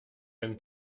deinen